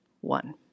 One